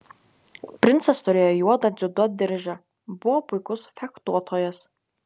princas turėjo juodą dziudo diržą buvo puikus fechtuotojas